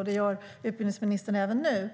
Det gör utbildningsministern även nu.